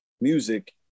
music